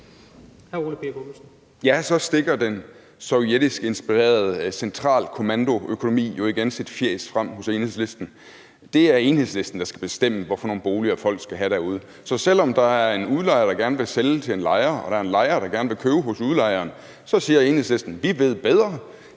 Så stikker den sovjetisk inspirerede centralkommandoøkonomi jo igen sit fjæs frem hos Enhedslisten. Det er Enhedslisten, der skal bestemme, hvilke boliger folk skal have derude. Så selv om der er en udlejer, der gerne vil sælge til en lejer, og der er en lejer, der gerne vil købe hos udlejeren, siger Enhedslisten: Vi ved bedre;